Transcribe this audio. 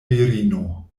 virino